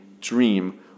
dream